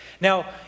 Now